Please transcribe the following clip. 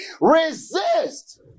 Resist